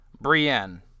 Brienne